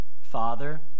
Father